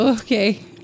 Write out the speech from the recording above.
Okay